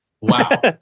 wow